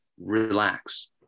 relax